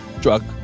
drug